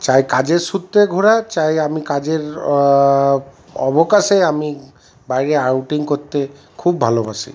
চাই কাজের সূত্রে ঘোরা চাই আমি কাজের অবকাশে আমি বাইরে আউটিং করতে খুব ভালোবাসি